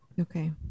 Okay